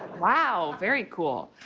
wow. very cool.